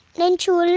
bencher.